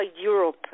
Europe